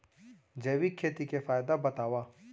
जैविक खेती के फायदा बतावा?